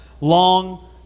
long